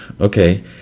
okay